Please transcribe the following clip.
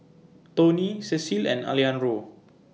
Toney Cecil and Alexandro